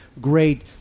great